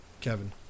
Kevin